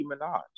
Minaj